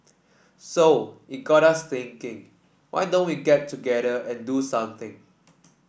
so it got us thinking why don't we get together and do something